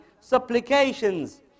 supplications